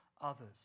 others